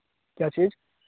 क्या चीज